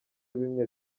bimwe